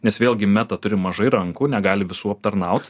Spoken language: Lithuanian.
nes vėlgi meta turi mažai rankų negali visų aptarnaut